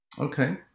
Okay